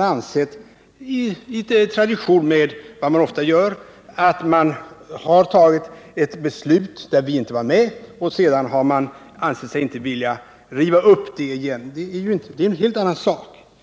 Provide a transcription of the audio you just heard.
ansett oss — i tradition med vad man ofta gör — inte vilja riva upp ett redan fattat beslut, även om vi inte var med på det den gången.